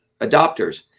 adopters